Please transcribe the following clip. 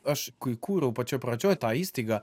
aš kai kūriau pačioj pradžioj tą įstaigą